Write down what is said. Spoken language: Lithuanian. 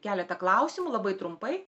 keletą klausimų labai trumpai